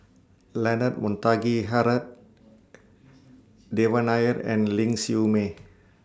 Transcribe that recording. Leonard Montague Harrod Devan Nair and Ling Siew May